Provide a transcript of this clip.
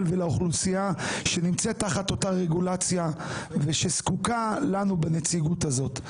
ולאוכלוסייה שנמצאת תחת אותה רגולציה ושזקוקה לנו בנציגות הזאת.